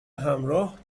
همراه